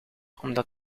omdat